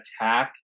attack